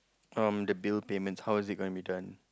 um the bill payments how is it gonna be done